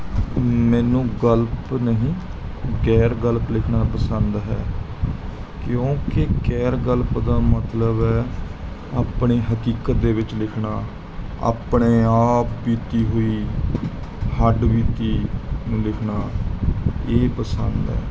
ਮੈਨੂੰ ਗਲਪ ਨਹੀਂ ਗੈਰ ਗਲਪ ਲਿਖਣਾ ਪਸੰਦ ਹੈ ਕਿਉਂਕਿ ਗੈਰ ਗਲਪ ਦਾ ਮਤਲਬ ਹੈ ਆਪਣੀ ਹਕੀਕਤ ਦੇ ਵਿੱਚ ਲਿਖਣਾ ਆਪਣੇ ਆਪ ਬੀਤੀ ਹੋਈ ਹੱਡਬੀਤੀ ਨੂੰ ਲਿਖਣਾ ਇਹ ਪਸੰਦ ਹੈ